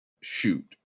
shoot